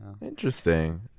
Interesting